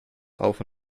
auf